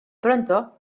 pronto